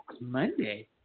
Monday